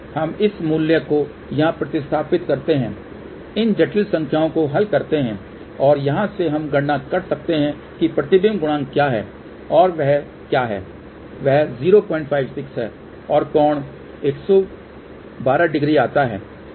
हम इस मूल्य को यहां प्रतिस्थापित करते हैं इन जटिल संख्याओं को हल करते हैं और यहां से हम गणना कर सकते हैं कि प्रतिबिंब गुणांक क्या है और वह क्या है वह 056 है और कोण 1120 आता है